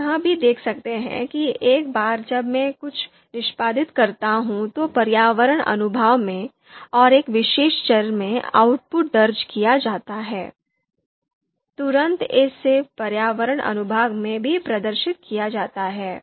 आप यह भी देख सकते हैं कि एक बार जब मैं कुछ निष्पादित करता हूं तो पर्यावरण अनुभाग में और एक विशेष चर में आउटपुट दर्ज किया जाता है तुरंत इसे पर्यावरण अनुभाग में भी प्रदर्शित किया जाता है